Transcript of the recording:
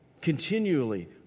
Continually